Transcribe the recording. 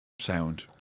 sound